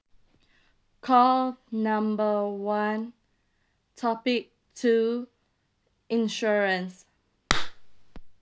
call number one topic two insurance